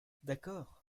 d’accord